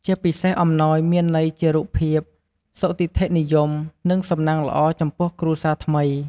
ជាពិសេសអំណោយមានន័យជារូបភាព សុទិដ្ឋិនិយម និងសំណាងល្អចំពោះគ្រួសារថ្មី។